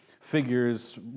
figures